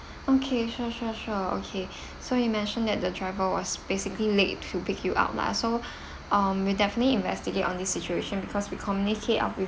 okay sure sure sure okay so you mentioned that the driver was basically late to pick you up lah so um we'll definitely investigate on this situation because we communicate up with